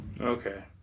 Okay